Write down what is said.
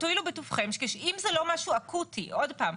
תואילו בטובכם, אם זה לא משהו אקוטי, עוד פעם.